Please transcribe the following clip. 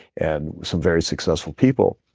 and some very successful people.